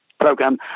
program